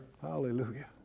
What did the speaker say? Hallelujah